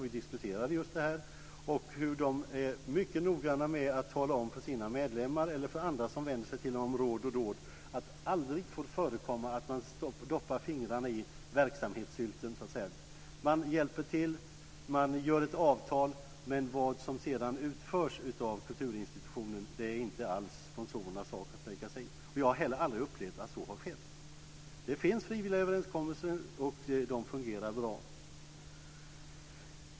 Vi diskuterade hur de är mycket noggranna med att tala om för sina medlemmar eller andra som vänder sig till dem för råd och dåd att det aldrig får förekomma att de doppar fingrarna i verksamhetssylten. Man hjälper till, man skriver ett avtal, men vad som sedan utförs av kulturinstitutionen är inte sponsorernas sak att lägga sig i. Jag har heller aldrig upplevt att så har skett. Det finns frivilliga överenskommelser, och de fungerar bra.